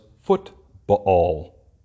football